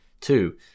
Two